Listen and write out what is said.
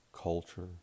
culture